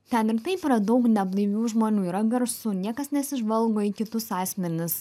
ten ir taip yra daug neblaivių žmonių yra garsu niekas nesižvalgo į kitus asmenis